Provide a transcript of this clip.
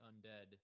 undead